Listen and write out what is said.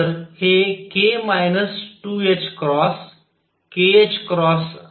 तर हे k 2ℏ kℏआहे